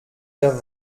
der